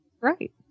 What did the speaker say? Right